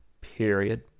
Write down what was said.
period